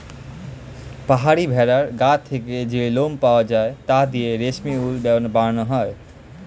পাহাড়ি ভেড়ার গা থেকে যে লোম পাওয়া যায় তা দিয়ে রেশমি উল বানানো হয়